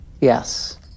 Yes